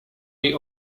jej